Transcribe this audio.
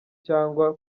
cyangwa